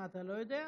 מה, אתה לא יודע?